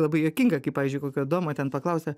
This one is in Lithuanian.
labai juokinga kai pavyzdžiui kokio adomo ten paklausia